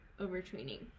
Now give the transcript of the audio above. overtraining